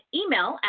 email